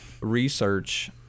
research